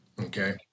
Okay